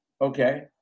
Okay